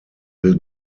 will